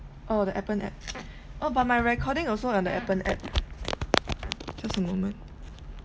oh the appen app oh but my recording also on the appen app just a moment